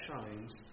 shines